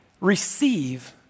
receive